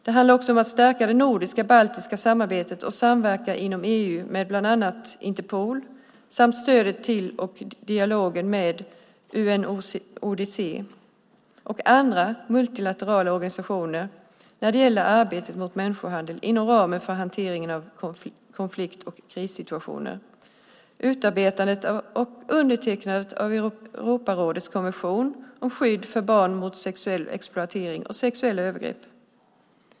Det handlar också om att stärka det nordisk-baltiska samarbetet och samverkan inom EU med bland annat Interpol samt stödet till och dialogen med UNODC och andra multilaterala organisationer när det gäller arbetet mot människohandel inom ramen för hanteringen av konflikt och krissituationer. Det gäller också utarbetande och undertecknande av Europarådets konvention om skydd för barn mot sexuell exploatering och sexuella övergrepp.